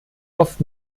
oft